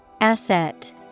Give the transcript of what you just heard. Asset